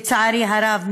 לצערי הרב,